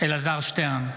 אלעזר שטרן,